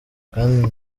kandi